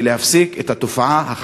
ולהפסיק את התופעה הזאת,